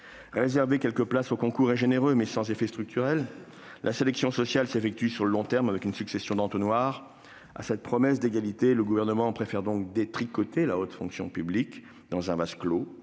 Réserver quelques places au concours est généreux, mais sans effet structurel. La sélection sociale s'effectue sur le long terme, avec une succession d'entonnoirs. Plutôt que de tenir la promesse d'égalité, le Gouvernement préfère détricoter la haute fonction publique, dans un vase clos.